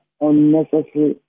unnecessary